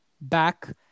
back